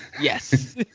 Yes